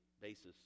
basis